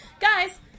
Guys